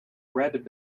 red